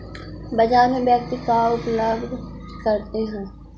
बाजार में व्यक्ति का उपलब्ध करते हैं?